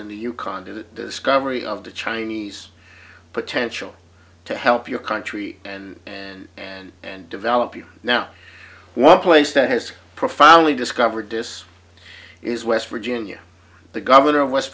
in the yukon to the discovery of the chinese potential to help your country and and and develop you now one place that has profoundly discovered this is west virginia the governor of west